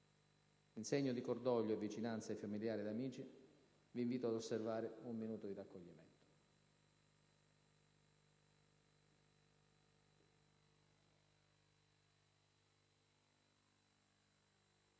In segno di cordoglio e vicinanza ai familiari e amici, vi invito a osservare un minuto di raccoglimento.